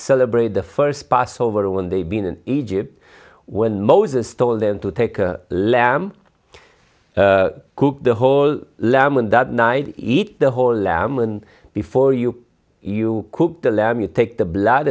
celebrate the first passover when they've been in egypt when moses told them to take a lamb the whole lamb and that night eat the whole lamb and before you you cook the lamb you take the blo